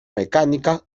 mecánica